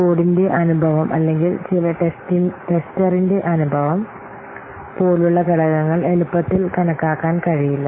കോഡറിന്റെ അനുഭവം അല്ലെങ്കിൽ ചില ടെസ്റ്ററിന്റെ അനുഭവം പോലുള്ള ഘടകങ്ങൾ എളുപ്പത്തിൽ കണക്കാക്കാൻ കഴിയില്ല